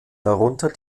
darunter